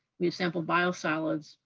we have sampled biosolids.